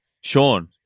Sean